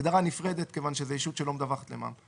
זו הגדרה נפרדת מכיוון שזו ישות שלא מדווחת למע"מ.